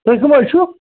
تُہۍ کَم حظ چھُو